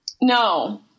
No